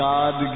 God